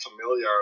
familiar